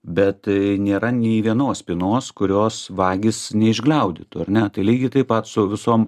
bet nėra nė vienos spynos kurios vagys neišgliaudytų ar ne tai lygiai taip pat su visom